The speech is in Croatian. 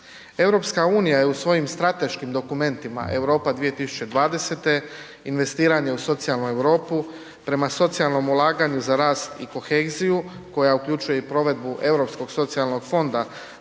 osobama. EU je u svojim strateškim dokumentima Europa 2020. investiranje u socijalnu Europu prema socijalnom ulaganju za rast i koheziju koja uključuje i provedbu Europskog socijalnog fonda